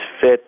fit